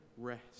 rest